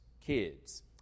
kids